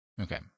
Okay